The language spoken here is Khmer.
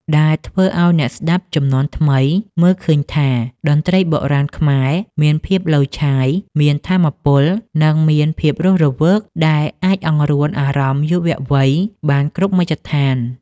ដែលធ្វើឱ្យអ្នកស្តាប់ជំនាន់ថ្មីមើលឃើញថា តន្ត្រីបុរាណខ្មែរមានភាពឡូយឆាយ មានថាមពល និងមានភាពរស់រវើកដែលអាចអង្រួនអារម្មណ៍យុវវ័យបានគ្រប់មជ្ឈដ្ឋាន។